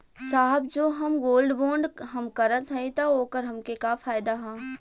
साहब जो हम गोल्ड बोंड हम करत हई त ओकर हमके का फायदा ह?